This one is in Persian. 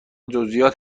جزییات